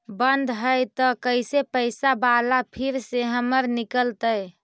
बन्द हैं त कैसे पैसा बाला फिर से हमर निकलतय?